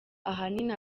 ahanini